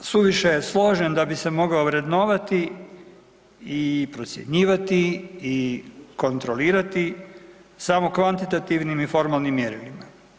Suviše je složen da bi se mogao vrednovati i procjenjivati i kontrolirati samo kvantitativnim i formalnim mjerilima.